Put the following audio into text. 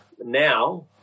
Now